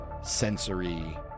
sensory